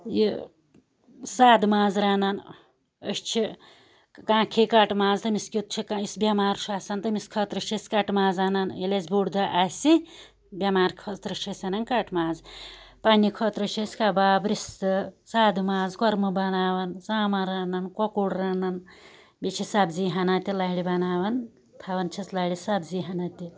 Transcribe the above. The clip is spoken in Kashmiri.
یہِ سادٕ ماز رنان أسۍ چھِ کانٛہہ کھیٚیہِ کَٹہٕ ماز تٔمس کیُتھ چھ کانٛہہ یُس بیٚمار چھُ آسان تٔمس خٲطرٕ چھِ أسۍ کَٹہٕ ماز انان ییٚلہِ اَسہِ بوٚڑ دۄہ آسہِ بیٚمار خٲطرٕ چھِ أسۍ انان کَٹہٕ ماز پَننہِ خٲطرٕ چھِ أسۍ کباب رِستہٕ سادٕ ماز کوٚرمہٕ بناوان ژامَن رنان کوٚکُر رنان بیٚیہِ چھِ سبزی ہنا تہِ لَرِ بناوان تھاوان چھِس لَرِ سبزی ہنا تہِ